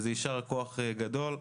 יישר כוח גדול.